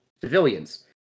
civilians